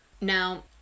Now